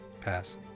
Pass